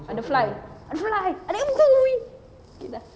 ada fly ada fly ada fly okay dah